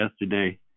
yesterday